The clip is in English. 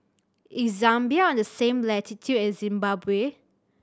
is Zambia on the same latitude as Zimbabwe